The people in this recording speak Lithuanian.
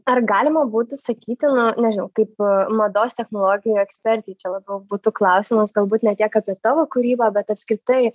ar galima būtų sakyti nu nežinau kaip mados technologijų ekspertei čia labiau būtų klausimas galbūt ne tiek apie tavo kūrybą bet apskritai